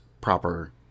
proper